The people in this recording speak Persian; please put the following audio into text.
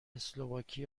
اسلواکی